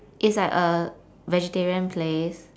it's like a vegetarian place